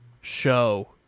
show